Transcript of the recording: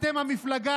אתם המפלגה